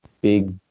big